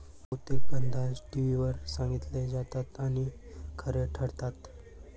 बहुतेक अंदाज टीव्हीवर सांगितले जातात आणि खरे ठरतात